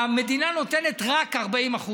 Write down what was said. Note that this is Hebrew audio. המדינה נותנת רק 40%,